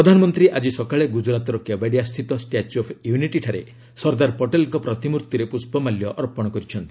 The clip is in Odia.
ପ୍ରଧାନମନ୍ତ୍ରୀ ଆଜି ସକାଳେ ଗୁଜୁରାତର କେବାଡିଆସ୍ଥିତ 'ଷ୍ଟାଚ୍ୟୁ ଅଫ୍ ୟୁନିଟି'ଠାରେ ସର୍ଦ୍ଦାର ପଟେଲଙ୍କ ପ୍ରତିମୂର୍ତ୍ତିରେ ପୁଷ୍ପମାଲ୍ୟ ଅର୍ପଣ କରିଛନ୍ତି